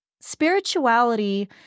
Spirituality